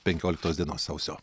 penkioliktos dienos sausio